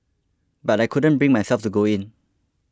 but I couldn't bring myself to go in